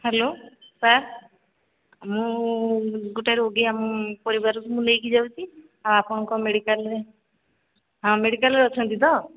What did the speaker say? hello sir ମୁଁ ଗୋଟେ ରୋଗୀ ଆମ ପରିବାରର ମୁଁ ନେଇକି ଯାଉଛି ଆଉ ଆପଣଙ୍କ ମେଡିକାଲରେ ହଁ ମେଡିକାଲରେ ଅଛନ୍ତି ତ